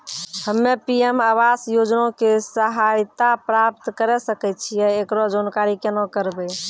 हम्मे पी.एम आवास योजना के सहायता प्राप्त करें सकय छियै, एकरो जानकारी केना करबै?